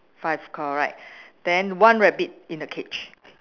five correct then one rabbit in the cage